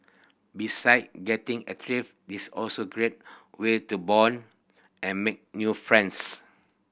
besides getting active this also great way to bond and make new friends